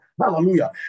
Hallelujah